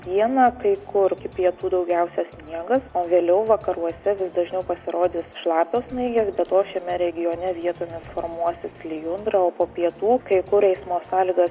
dieną kai kur iki pietų daugiausia sniegas o vėliau vakaruose vis dažniau pasirodys šlapios snaigės be to šiame regione vietomis formuosis lijundra o po pietų kai kur eismo sąlygas